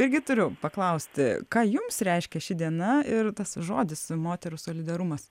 irgi turiu paklausti ką jums reiškia ši diena ir tas žodis moterų solidarumas